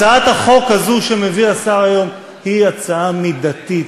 הצעת החוק הזאת שמביא השר היום היא הצעה מידתית,